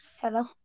hello